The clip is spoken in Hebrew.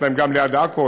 יש להם גם ליד עכו,